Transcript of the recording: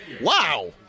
wow